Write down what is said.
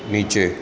નીચે